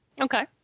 Okay